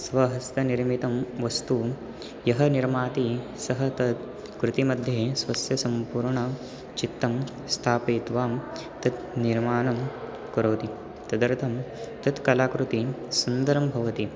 स्वहस्तनिर्मितं वस्तुः यः निर्माति सः तत् कृतिमध्ये स्वस्य संपर्णचित्तं स्थापयित्वा तत् निर्माणं करोति तदर्थं तत् कलाकृतिः सुन्दरं भवति